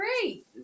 great